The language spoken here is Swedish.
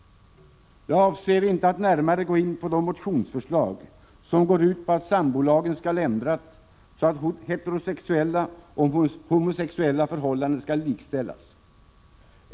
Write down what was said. Jag avser inte att närmare gå in på de motionsförslag som innebär att sambolagen skall ändras så att heterosexuella och homosexuella förhållanden skalllikställas.